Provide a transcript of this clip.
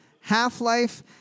Half-Life